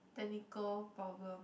technical problem